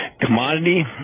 commodity